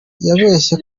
yabeshye